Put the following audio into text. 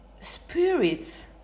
spirits